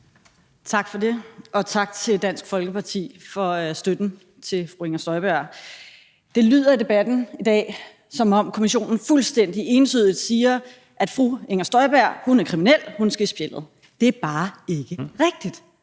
Tak for det, og tak til Dansk Folkeparti for støtten til fru Inger Støjberg. Det lyder i debatten i dag, som om kommissionen fuldstændig entydigt siger, at fru Inger Støjberg er kriminel; hun skal i spjældet. Det er bare ikke rigtigt.